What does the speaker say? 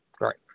Right